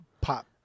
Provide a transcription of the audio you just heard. pop